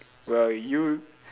well you